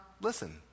listen